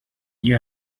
you